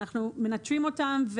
אנחנו מנטרים אותם.